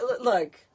look